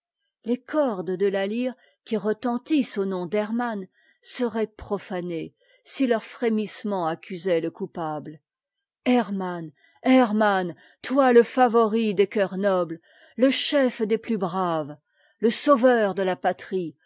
les cordes de la lyre qui retentissent au nom d'hërmàhh serraient profanées si teurs frémissements açcu saient le coupàble hermann hermann toi le favori des cœurs nobles te chef des plus braves e sauveur de a patrie